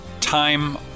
time